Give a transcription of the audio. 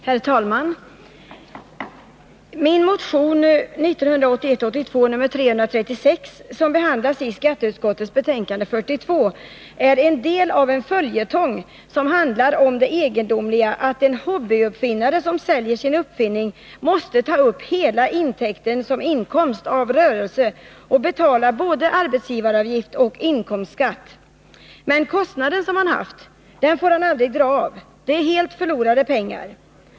Herr talman! Min motion 1981/82:336, som behandlas i skatteutskottets betänkande 42, är en del av en följetong, som handlar om det egendomliga i att en hobbyuppfinnare som säljer sin uppfinning måste ta upp hela intäkten som inkomst av rörelse och betala både arbetsgivaravgift och inkomstskatt. Men den kostnad som han har haft, den får han aldrig dra av. Det är helt förlorade pengar.